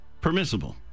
permissible